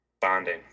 bonding